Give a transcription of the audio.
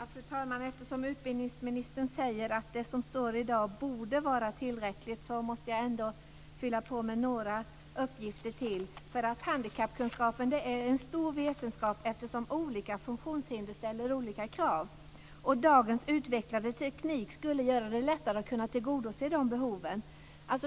Fru talman! Eftersom utbildningsministern säger att det som står i dag borde vara tillräckligt, måste jag ändå fylla på med ytterligare några uppgifter. Handikappkunskapen är en stor vetenskap, eftersom olika funktionshinder ställer olika krav. Dagens utvecklade teknik skulle göra det lättare att kunna tillgodose dessa behov.